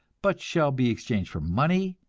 but shall be exchanged for money,